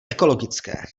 ekologické